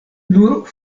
nur